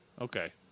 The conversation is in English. Okay